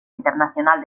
internacional